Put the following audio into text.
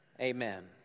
Amen